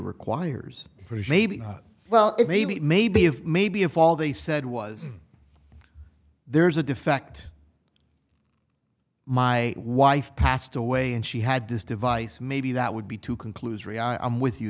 requires maybe well it maybe maybe if maybe if all they said was there's a defect my wife passed away and she had this device maybe that would be too conclusory i'm with you